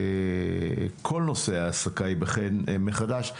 כול נושא ההעסקה ייבחן מחדש.